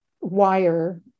wire